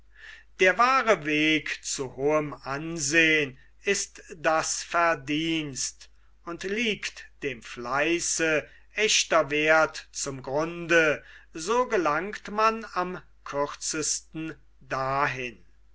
der wahre weg zu hohem ausehn ist das verdienst und liegt dem fleiße ächter werth zum grunde so gelangt man am kürzesten dahin